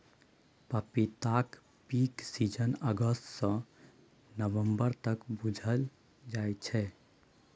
पपीताक peak season अगस्त सँ नबंबर तक बुझल जाइ छै